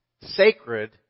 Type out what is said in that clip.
sacred